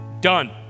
done